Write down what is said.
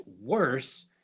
worse